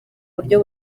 buryo